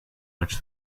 which